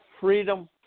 freedom